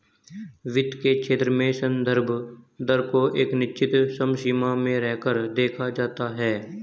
वित्त के क्षेत्र में संदर्भ दर को एक निश्चित समसीमा में रहकर देखा जाता है